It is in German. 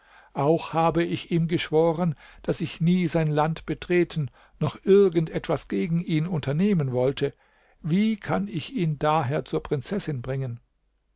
auch habe ich ihm geschworen daß ich nie sein land betreten noch irgend etwas gegen ihn unternehmen wollte wie kann ich ihn daher zur prinzessin bringen